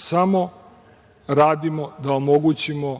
samo radimo da omogućimo